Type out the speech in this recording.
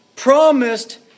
Promised